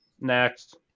Next